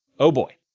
oh boy,